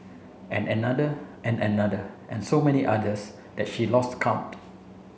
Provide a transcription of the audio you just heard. and another and another and so many others at she lost count